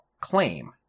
claim